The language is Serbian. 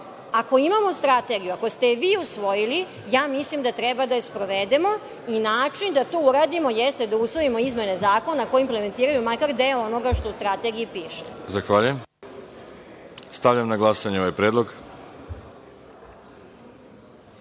Ako imamo strategiju, ako ste je vi usvojili, ja mislim da treba da je sprovedemo. Način da to uradimo jeste da usvojimo izmene zakona koje implementiraju makar deo onoga što u strategiji piše. **Veroljub Arsić** Zahvaljujem. Stavljam na glasanje ovaj